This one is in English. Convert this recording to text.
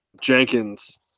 Jenkins